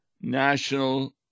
national